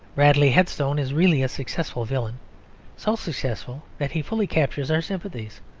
bradley headstone is really a successful villain so successful that he fully captures our sympathies.